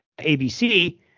ABC